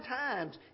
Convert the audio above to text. times